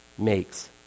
makes